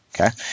Okay